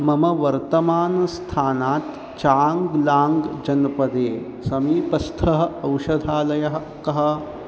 मम वर्तमानस्थानात् चाङ्ग्लाङ्ग् जनपदे समीपस्थः औषधालयः कः